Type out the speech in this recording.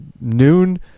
noon